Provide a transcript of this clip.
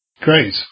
Great